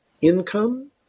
income